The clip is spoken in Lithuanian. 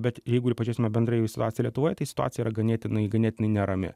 bet jeigu ir pažiūrėsime bendrai į situaciją lietuvoj tai situacija yra ganėtinai ganėtinai nerami